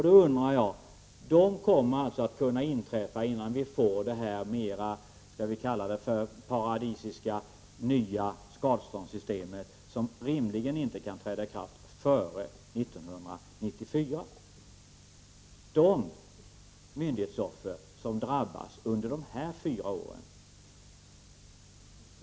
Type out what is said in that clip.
Dessa fall kan inträffa innan vi får det nya, skall vi kalla det paradisiska, skadeståndssystemet som rimligen inte kan träda i kraft före år 1994.